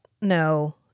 No